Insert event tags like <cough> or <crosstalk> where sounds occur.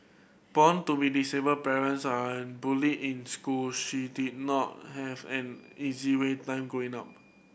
born to <unintelligible> disabled parents and bullied in school she did not have an easy way time growing up